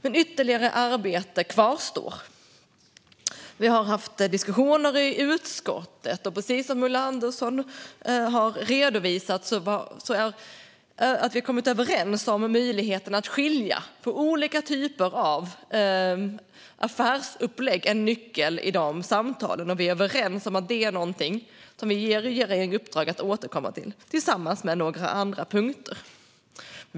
Men ytterligare arbete kvarstår. Vi har fört diskussioner i utskottet, och som Ulla Andersson redovisade har vi kommit överens om att möjligheten att skilja på olika affärsupplägg är en nyckel i de samtalen. Vi är överens om att det är något som vi ger regeringen i uppdrag att återkomma om tillsammans med några andra punkter.